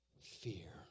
Fear